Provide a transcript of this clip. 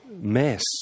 mess